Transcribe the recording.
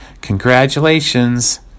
Congratulations